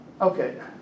Okay